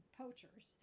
poachers